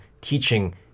teaching